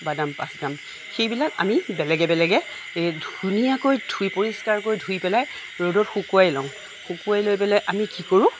বাদাম পাঁচ গ্ৰাম সেইবিলাক আমি বেলেগে বেলেগে ধুনীয়াকৈ ধুই পৰিস্কাৰকৈ ধুই পেলাই ৰ'দত শুকোৱাই লওঁ শুকোৱাই লৈ পেলাই আমি কি কৰোঁ